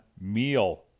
meal